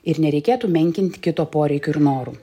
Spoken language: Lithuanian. ir nereikėtų menkinti kito poreikių ir norų